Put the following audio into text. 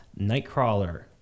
Nightcrawler